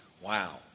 wow